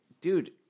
Dude